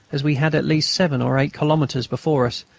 as we had at least seven or eight kilometres before us,